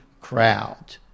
crowd